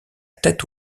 tête